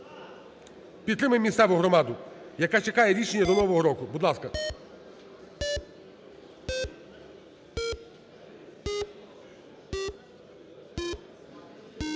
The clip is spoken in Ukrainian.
Підтримаємо місцеву громаду, яка чекає рішення до Нового року, будь ласка.